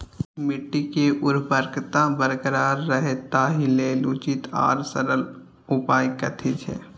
मिट्टी के उर्वरकता बरकरार रहे ताहि लेल उचित आर सरल उपाय कथी छे?